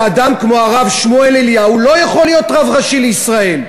שאדם כמו הרב שמואל אליהו לא יכול להיות רב ראשי לישראל.